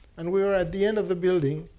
and we were at the end of the building.